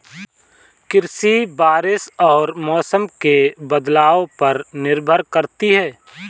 कृषि बारिश और मौसम के बदलाव पर निर्भर करती है